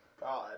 God